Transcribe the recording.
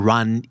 Run